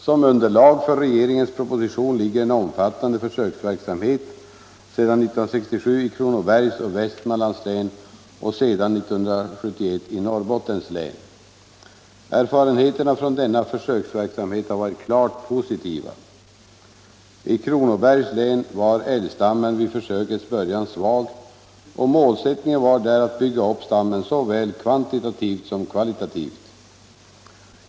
Som underlag för regeringens proposition ligger en omfattande försöksverksamhet sedan 1967 i Kronobergs och Västmanlands län och sedan 1971 i Norrbottens län. Erfarenheterna från denna försöksverksamhet har varit klart positiva. I Kronobergs län var älgstammen vid försökets börian svag, och målsättningen var där att bygga upp stammen såväl kvantitativt som kvalitativt.